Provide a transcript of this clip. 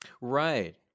Right